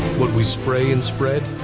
what we spray and spread,